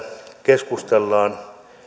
keskustellaan